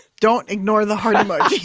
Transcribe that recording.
don't ignore the heart emoji